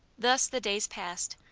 thus the days passed,